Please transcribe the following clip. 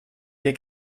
der